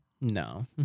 No